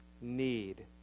need